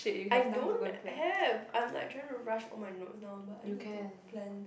I don't have I'm like trying to rush all my notes down but I need to plan